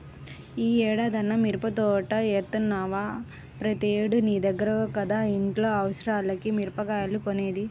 యీ ఏడన్నా మిరపదోట యేత్తన్నవా, ప్రతేడూ నీ దగ్గర కదా ఇంట్లో అవసరాలకి మిరగాయలు కొనేది